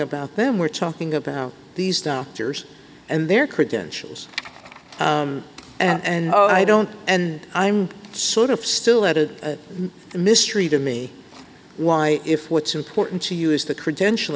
about them we're talking about these doctors and their credentials and i don't and i'm sort of still at a mystery to me why if what's important to you is the credential